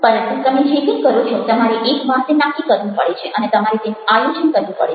પરંતુ તમે જે કંઈ કરો છો તમારે એક વાર તે નક્કી કરવું પડે છે અને તમારે તેનું આયોજન કરવું પડે છે